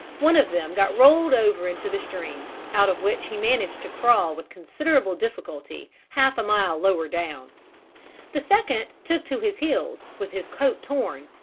one of them got rolled over into the stream, out of which he managed to crawl with considerable difficulty half a mile lower down the second took to his heels, with his coat torn,